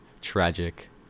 tragic